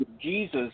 Jesus